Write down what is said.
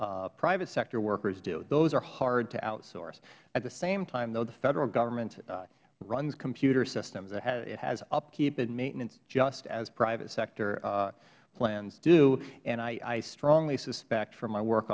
what private sector workers do those are hard to outsource at the same time though the federal government runs computer systems it has upkeep and maintenance just as private sector plans do and i strongly suspect from my work